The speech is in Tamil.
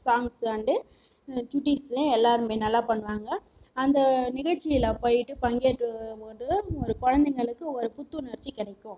சாங்ஸு அண்டு சுட்டீஸு எல்லோருமே நல்லா பண்ணுவாங்க அந்த நிகழ்ச்சியில் போயிட்டு பங்கேற்றும்போதுதான் ஒரு குழந்தைங்களுக்கு ஒரு புத்துணர்ச்சி கிடைக்கும்